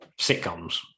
sitcoms